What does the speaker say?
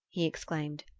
he exclaimed.